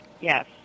Yes